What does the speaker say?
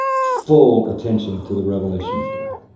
full attention to the revelation of god.